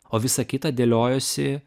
o visa kita dėliojosi